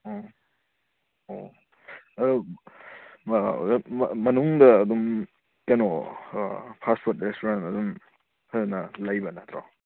ꯑꯣ ꯑꯣ ꯑꯗꯨ ꯑꯣꯖꯥ ꯃꯅꯨꯡꯗ ꯑꯗꯨꯝ ꯀꯩꯅꯣ ꯐꯥꯁ ꯐꯨꯗ ꯔꯦꯁꯇꯨꯔꯦꯟ ꯑꯗꯨꯝ ꯐꯖꯅ ꯂꯩꯕ ꯅꯠꯇ꯭ꯔꯣ